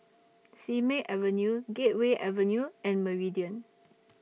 Simei Avenue Gateway Avenue and Meridian